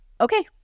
Okay